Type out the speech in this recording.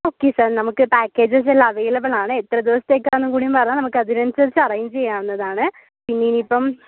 okay sir നമുക്കെ packages എല്ലാം അവൈലബിളാണ് എത്ര ദിവസത്തെക്കാന്നും കൂടിയും പറഞ്ഞാൽ നമുക്ക് അതിനനുസരിച്ച് അറേഞ്ചെയ്യാവുന്നതാണ് ഇന്നിനിപ്പം